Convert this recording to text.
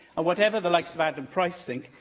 and whatever the likes of adam price think,